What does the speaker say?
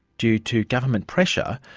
due to government pressure,